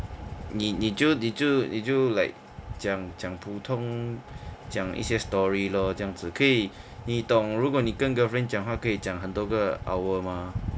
你你就你就你就 like 讲讲普通讲一些 story lor 这样子可以你懂如果你跟 girlfriend 讲话可以讲很多个 hour mah